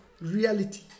reality